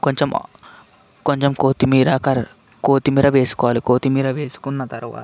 కొంచెం కొంచెం కొత్తిమీర కొత్తిమీర కర్ వేసుకోవాలి కొత్తిమీర వేసుకున్న తర్వాత